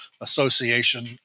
Association